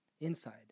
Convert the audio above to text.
inside